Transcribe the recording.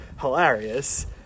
hilarious